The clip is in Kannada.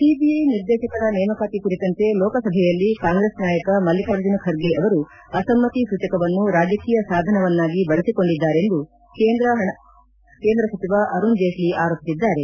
ಸಿಬಿಐ ನಿರ್ದೇಶಕರ ನೇಮಕಾತಿ ಕುರಿತಂತೆ ಲೋಕಸಭೆಯಲ್ಲಿ ಕಾಂಗ್ರೆಸ್ ನಾಯಕ ಮಲ್ಲಿಕಾರ್ಜುನ್ ಖರ್ಗೆ ಅವರು ಅಸಮ್ನತಿ ಸೂಚಕವನ್ನು ರಾಜಕೀಯ ಸಾಧನವನ್ನಾಗಿ ಬಳಸಿಕೊಂಡಿದ್ದಾರೆಂದು ಕೇಂದ್ರ ಸಚಿವ ಅರುಣ್ ಜೇಟ್ಲ ಆರೋಪಿಸಿದ್ದಾರೆ